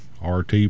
RT